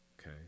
okay